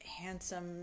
handsome